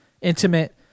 Intimate